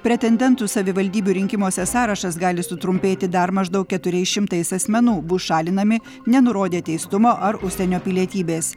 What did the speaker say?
pretendentų savivaldybių rinkimuose sąrašas gali sutrumpėti dar maždaug keturiais šimtais asmenų bus šalinami nenurodę teistumo ar užsienio pilietybės